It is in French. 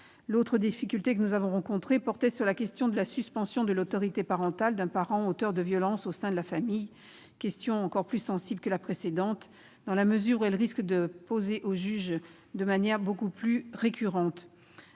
l'autre difficulté que nous avons rencontrée portait sur la question de la suspension de l'autorité parentale d'un parent auteur de violences au sein de la famille, question encore plus sensible que la précédente, dans la mesure où elle risque de se poser au juge de manière beaucoup plus récurrente.